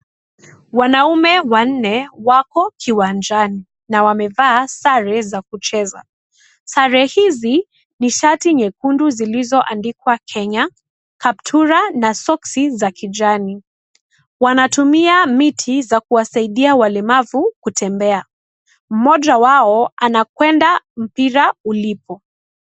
Wanaume wanne wako kiwanjani na wamevaa sare za kucheza. Sare hizi ni shati nyekundu zilizoandikwa "Kenya" kaptura na soksi za kijani . Wanatumia miti za kuwasaidia walemavu kutembea. Mmoja wao anakwenda mpira ulipo.